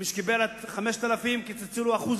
מי שקיבל 5,000 שקל, קיצצו לו 1%,